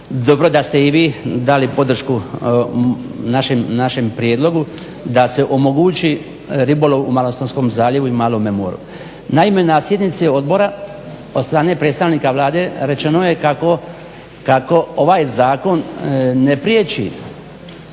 Dobro da ste i vi dali podršku našem prijedlogu da se omogući ribolov u Malostonskome zaljevu i malome moru. Naime na sjednici odbora od strane predstavnika Vlade rečeno je kako ovaj zakon ne priječi